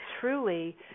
truly